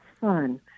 fun